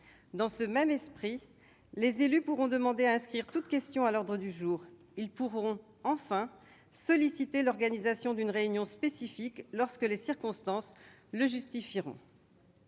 Dans le même esprit, les élus pourront demander à inscrire toute question à l'ordre du jour. Ils pourront, enfin, solliciter l'organisation d'une réunion spécifique lorsque les circonstances le justifieront.